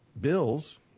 bills